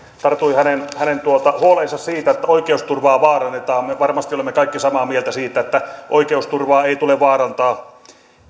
tartuin hänen hänen huoleensa siitä että oikeusturvaa vaarannetaan me varmasti olemme kaikki samaa mieltä siitä että oikeusturvaa ei tule vaarantaa